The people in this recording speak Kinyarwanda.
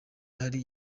hari